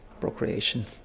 procreation